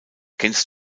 kennst